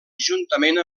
juntament